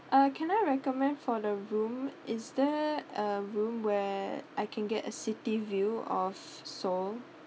uh can I recommend for the room is there um room where I can get a city view of seoul